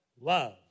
Love